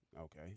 Okay